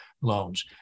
loans